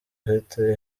ufite